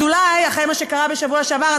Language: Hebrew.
אז אולי אחרי מה שקרה בשבוע שעבר,